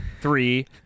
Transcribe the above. three